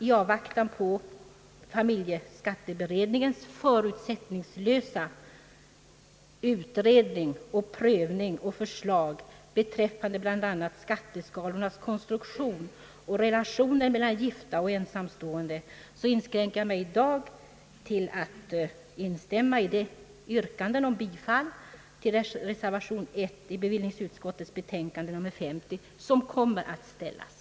I avvaktan på familjeskatteberedningens = förutsättningslösa utredning, prövning och förslag beträffande bl.a. skatteskalornas konstruktion och relationen mellan gifta och ensamstående inskränker jag mig i dag till att instämma i de yrkanden om bifall till reservation I i bevillningsut skottets betänkande nr 50 som kommer att ställas.